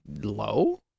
low